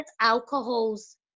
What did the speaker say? alcohol's